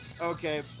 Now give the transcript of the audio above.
Okay